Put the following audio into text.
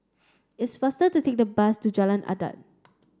it's faster to take the bus to Jalan Adat